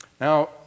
Now